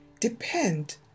depend